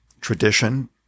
tradition